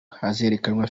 hazerekanwa